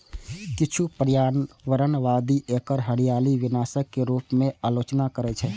किछु पर्यावरणवादी एकर हरियाली विनाशक के रूप मे आलोचना करै छै